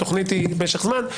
התוכנית היא במשך זמן.